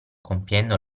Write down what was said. compiendo